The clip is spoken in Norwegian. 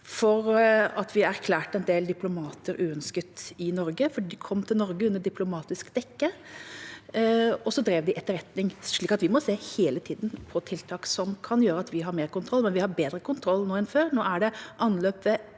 til at vi erklærte en del diplomater uønsket i Norge. De kom til Norge under diplomatisk dekke, og så drev de etterretning. Så vi må hele tida se på tiltak som kan gjøre at vi har mer kontroll, og vi har bedre kontroll nå enn før. Nå er det anløp ved